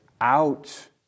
out